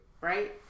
right